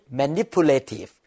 manipulative